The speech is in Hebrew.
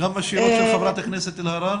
גם השאלות של חברת הכנסת אלהרר?